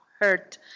hurt